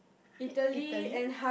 it Italy